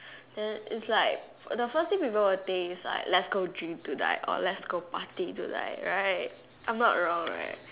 then it's like the first thing people will think is like let's go drink tonight or let's go party tonight right I'm not wrong right